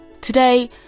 Today